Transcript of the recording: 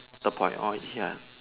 the ya